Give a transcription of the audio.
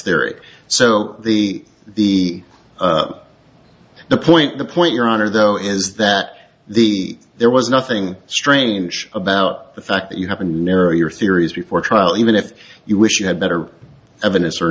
theory so the the the point the point your honor though is that the there was nothing strange about the fact that you have to narrow your theories before trial even if you wish you had better evidence or